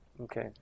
Okay